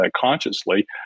consciously